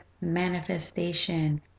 manifestation